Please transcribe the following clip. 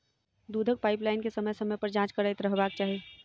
दूधक पाइपलाइन के समय समय पर जाँच करैत रहबाक चाही